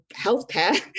healthcare